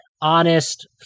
honest